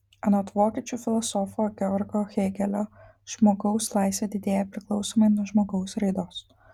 anot vokiečių filosofo georgo hėgelio žmogaus laisvė didėja priklausomai nuo žmogaus raidos